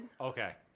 Okay